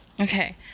Okay